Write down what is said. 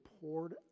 poured